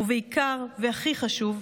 ובעיקר והכי חשוב,